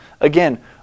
Again